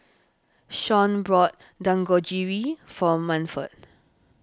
Shawnte bought Dangojiru for Manford